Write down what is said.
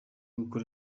gukora